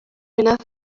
enough